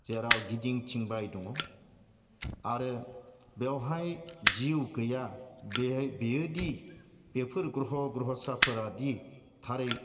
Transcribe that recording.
जेराव गिदिं थिंबाय दङ आरो बेवहाय जिउ गैया बेयोदि बेफोर ग्रह' ग्रह'साफोरादि थारै